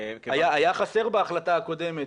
היה חסר בהחלטה הקודמת,